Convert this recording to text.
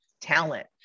talent